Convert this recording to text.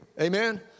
Amen